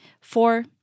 Four